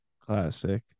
Classic